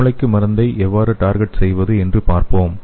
மூளைக்கு மருந்தை எவ்வாறு டார்கெட் செய்வது என்று பார்ப்போம்